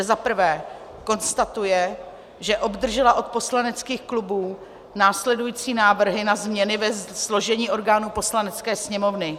I. konstatuje, že obdržela od poslaneckých klubů následující návrhy na změny ve složení orgánů Poslanecké sněmovny: